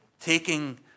taking